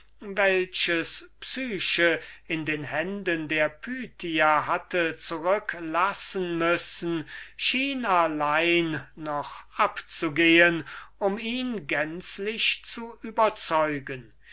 welches psyche in den händen der pythia hatte zurücklassen müssen schien ihm allein noch abzugehen um ihn gänzlich zu überzeugen